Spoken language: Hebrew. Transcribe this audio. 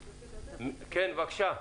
בארי, בבקשה.